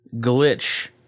glitch